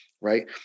right